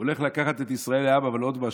הוא הולך לקחת את ישראל לעם, אבל עוד משהו.